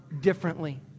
differently